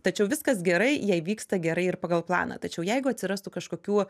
tačiau viskas gerai jei vyksta gerai ir pagal planą tačiau jeigu atsirastų kažkokių